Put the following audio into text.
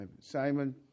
Simon